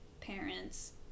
parents